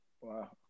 Wow